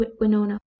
Winona